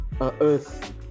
earth